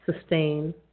sustain